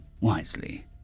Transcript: wisely